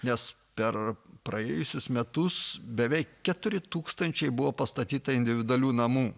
nes per praėjusius metus beveik keturi tūkstančiai buvo pastatyta individualių namų